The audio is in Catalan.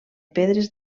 pedres